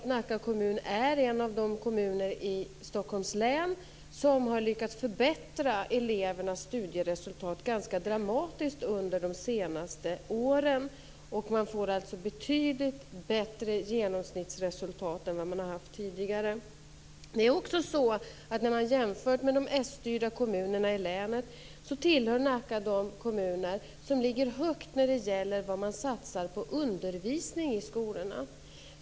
Nacka kommun är en av de kommuner i Stockholms län som har lyckats förbättra elevernas studieresultat ganska dramatiskt under de senaste åren. Man får alltså betydligt bättre genomsnittsresultat än man har haft tidigare. Det är också så att när man har jämfört med de sstyrda kommunerna i länet tillhör Nacka de kommuner som ligger högt när det gäller vad man satsar på undervisning i skolorna.